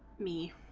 me